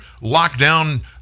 Lockdown